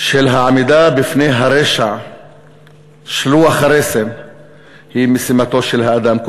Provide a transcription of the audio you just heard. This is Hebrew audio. של העמידה בפני הרשע שלוח-הרסן היא משימתו של האדם,